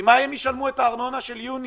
עם מה הם ישלמו את הארנונה של יוני?